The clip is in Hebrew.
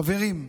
חברים,